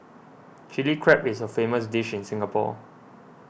Chilli Crab is a famous dish in Singapore